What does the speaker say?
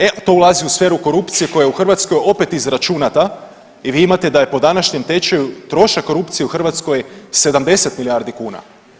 E to ulazi u sferu korupcije koja je u Hrvatskoj opet izračunata i vi imate da je po današnjem tečaju trošak korupcije u Hrvatskoj 70 milijardi kuna.